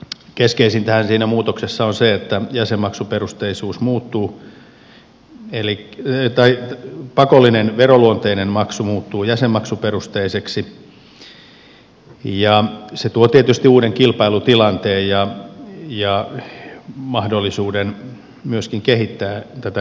keskeisintähän siinä muutoksessa on se että pakollinen veroluontoinen maksu muuttuu jäsenmaksuperusteiseksi ja se tuo tietysti uuden kilpailutilanteen ja mahdollisuuden myöskin kehittää tätä neuvontatyötä